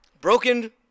Broken